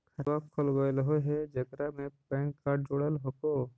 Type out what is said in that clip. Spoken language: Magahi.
खातवा खोलवैलहो हे जेकरा मे पैन कार्ड जोड़ल हको?